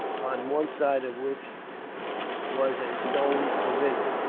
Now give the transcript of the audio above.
on one side of which was a stone pavilion.